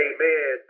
Amen